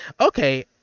Okay